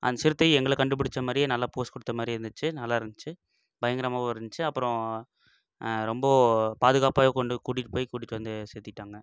அந்த சிறுத்தை எங்களை கண்டுபிடிச்ச மாதிரியே நல்ல போஸ் கொடுத்த மாதிரி இருந்துச்சு நல்லா இருந்துச்சு பயங்கரமாவும் இருந்துச்சு அப்புறம் ரொம்ப பாதுகாப்பாய் கொண்டு கூட்டிகிட்டு போய் கூட்டிகிட்டு வந்து சேர்த்திட்டாங்க